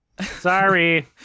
Sorry